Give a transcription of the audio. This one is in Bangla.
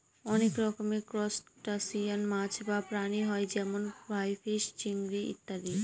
অনেক রকমের ত্রুসটাসিয়ান মাছ বা প্রাণী হয় যেমন ক্রাইফিষ, চিংড়ি ইত্যাদি